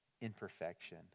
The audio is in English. imperfection